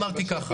אני אמרתי ככה.